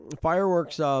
fireworks